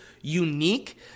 unique